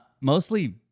mostly